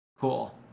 cool